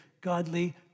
godly